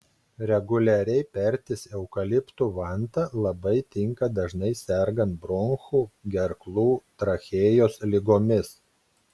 reguliariai pertis eukaliptų vanta labai tinka dažnai sergant bronchų gerklų trachėjos ligomis